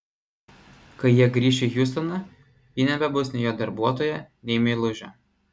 kai jie grįš į hjustoną ji nebebus nei jo darbuotoja nei meilužė